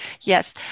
Yes